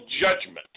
judgment